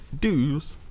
dues